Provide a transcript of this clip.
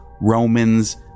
Romans